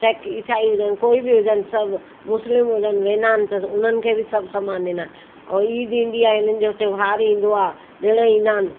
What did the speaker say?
चाहे ईसाई हुजनि कोई बि हुजनि सभु मुस्लिम हुजनि वेंदा आहिनि त उन्हनि खे बि सभु सम्मान ॾींदा आहिनि ऐं ईद ईंदी आहे इन्हनि जो त्योहार ईंदो आहे ॾिण ईंदा आहिनि